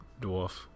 dwarf